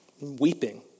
Weeping